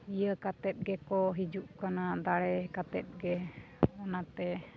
ᱤᱭᱟᱹ ᱠᱟᱛᱮᱫ ᱜᱮᱠᱚ ᱦᱤᱡᱩᱜ ᱠᱟᱱᱟ ᱫᱟᱲᱮ ᱠᱟᱛᱮᱫ ᱜᱮ ᱚᱱᱟᱛᱮ